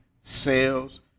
sales